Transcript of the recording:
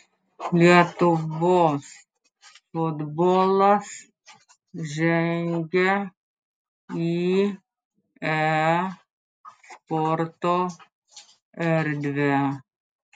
lietuvos futbolas žengia į e sporto erdvę